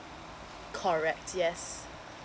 correct yes